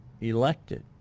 elected